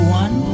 one